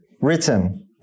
written